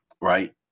right